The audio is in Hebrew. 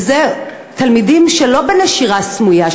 וזה לא בנשירה סמויה,